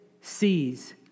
sees